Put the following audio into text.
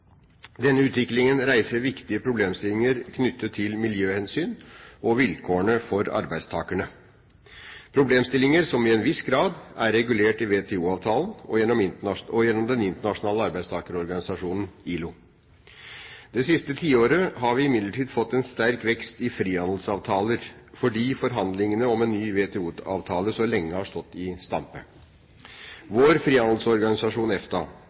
Denne utviklingen reiser viktige problemstillinger knyttet til miljøhensyn og vilkårene for arbeidstakerne – problemstillinger som til en viss grad er regulert i WTO-avtalen og gjennom Den internasjonale arbeidstakerorganisasjonen, ILO. Det siste tiåret har vi imidlertid fått en sterk vekst i frihandelsavtaler, fordi forhandlingene om en ny WTO-avtale så lenge har stått i stampe. Vår frihandelsorganisasjon, EFTA,